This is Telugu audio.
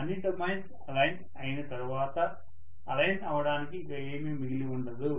అన్ని డొమైన్స్ అలైన్ అయిన తర్వాత అలైన్ అవ్వడానికి ఇక ఏమీ మిగిలి ఉండదు